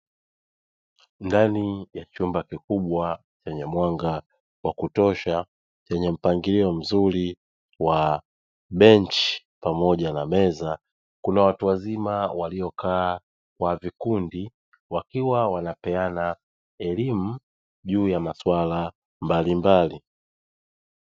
Ndani ya chumba kikubwa chenye mwanga wa kutosha chenye mpangilio mzuri wa benchi pamoja na meza, kuna watu wazima waliokaa kwa vikundi wakiwa wanapeana elimu juu ya masuala mbalimbali.